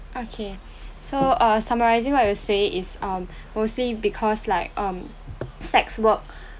okay so uh summarising what you say is um mostly because like um sex work